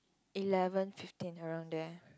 eleven fifteen around there